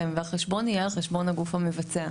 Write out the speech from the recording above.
והחשבון יהיה על חשבון הגוף המבצע,